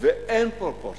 ואין פרופורציה.